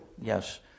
Yes